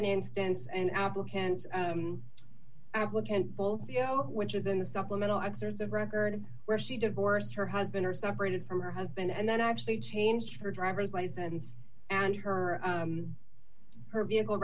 an instance an applicant applicant full video which is in the supplemental excerpts of record where she divorced her husband or separated from her husband and then actually changed her driver's license and her her vehicle